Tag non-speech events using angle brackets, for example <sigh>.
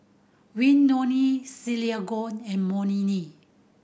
Willodean Sergio and <unintelligible>